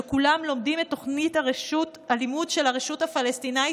שבכולם לומדים את תוכנית הלימוד של הרשות הפלסטינית,